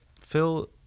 Phil